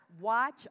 watch